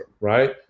right